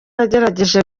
yagerageje